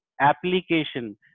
application